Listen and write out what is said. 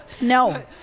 no